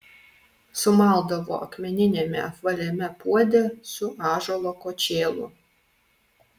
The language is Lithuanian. sumaldavo akmeniniame apvaliame puode su ąžuolo kočėlu